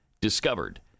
discovered